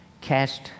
cast